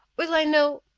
will i know